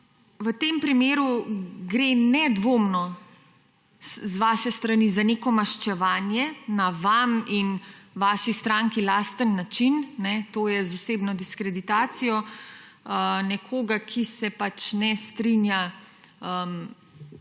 V tem primeru gre nedvomno z vaše strani za neko maščevanje na vam in vaši stranki lasten način. To je z osebno diskreditacijo nekoga, ki se ne strinja